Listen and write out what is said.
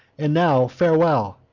and now, farewell!